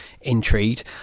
intrigued